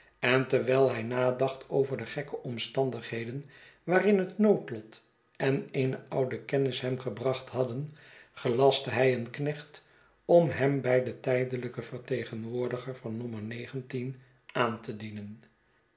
en terwijl hij nadacht over de gekke omstandigheden waarin het noodlot en eene oude kennis hem gebracht hadden gelastte hij een knecht om hem bij den tijdelijken vertegenwoordiger van nommer negentien aan te dienen